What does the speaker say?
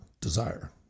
desire